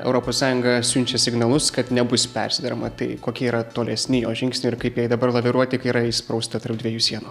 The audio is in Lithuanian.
europos sąjunga siunčia signalus kad nebus persiderama tai kokie yra tolesni jos žingsniai ir kaip jai dabar laviruoti kai yra įsprausta tarp dviejų sienų